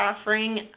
offering